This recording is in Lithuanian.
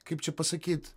kaip čia pasakyt